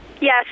Yes